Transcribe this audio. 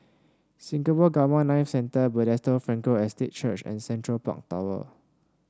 Singapore Gamma Knife Centre Bethesda Frankel Estate Church and Central Park Tower